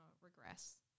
regress